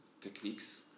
techniques